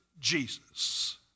Jesus